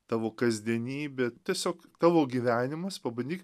tavo kasdienybė tiesiog tavo gyvenimas pabandyk